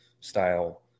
style